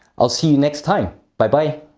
i'll see you next time! bye bye.